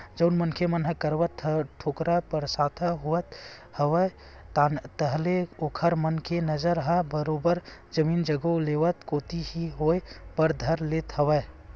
जउन मनखे मन करा थोरको पइसा होवत हवय ताहले ओखर मन के नजर ह बरोबर जमीन जघा लेवई कोती ही होय बर धर ले हवय